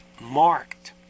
marked